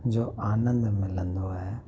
जो आनंद मिलंदो आहे